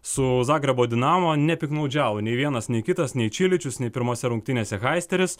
su zagrebo dinamo nepiktnaudžiavo nei vienas nei kitas nei čiličius nei pirmose rungtynėse haisteris